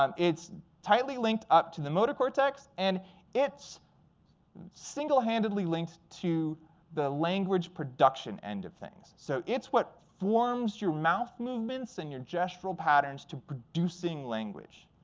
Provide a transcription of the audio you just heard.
um it's tightly linked up to the motor cortex. and it's single handedly linked to the language language production end of things. so it's what forms your mouth movements and your gestural patterns to producing language.